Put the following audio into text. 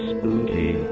Spooky